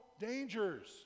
dangers